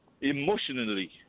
emotionally